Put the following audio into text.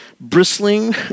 bristling